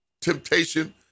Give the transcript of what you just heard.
temptation